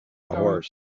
horse